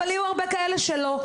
אבל יהיו הרבה כאלה שלא.